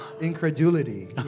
incredulity